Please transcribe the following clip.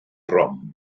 drom